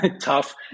tough